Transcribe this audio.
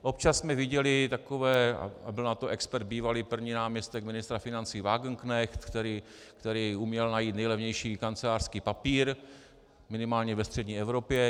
Občas jsme viděli takové, a byl na to expert bývalý první náměstek ministra financí Wagenknecht, který uměl najít nejlevnější kancelářský papír, minimálně ve střední Evropě.